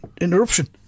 interruption